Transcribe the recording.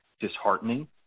disheartening